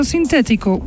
Sintético